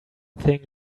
thing